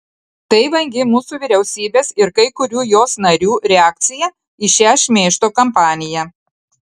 tai vangi mūsų vyriausybės ir kai kurių jos narių reakcija į šią šmeižto kampaniją